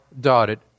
dotted